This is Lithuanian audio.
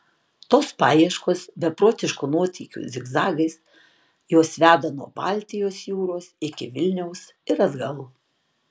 tos paieškos beprotiškų nuotykių zigzagais juos veda nuo baltijos jūros iki vilniaus ir atgal